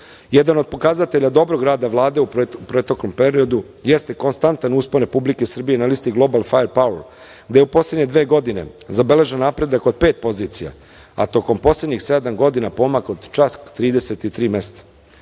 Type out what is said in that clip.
Jedan od pokazatelja dobrog rada Vlade u proteklom periodu jeste konstantan uspon Republike Srbije na listi Global firepower gde u poslednje dve godine obeležen napredak od pet pozicija, a tokom poslednjih sedam godina pomak od čak 33 mesta.